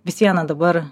vis viena dabar